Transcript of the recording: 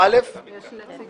מס' 14 והוראת שעה) התשע"ט 2018 (מ/1278)